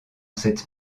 cette